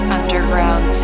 underground